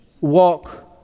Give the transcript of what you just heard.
walk